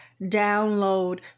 download